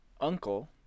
uncle